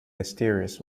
mysterious